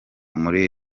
muri